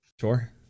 Sure